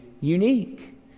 unique